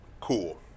Cool